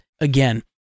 again